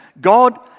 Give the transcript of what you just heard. God